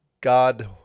God